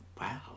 wow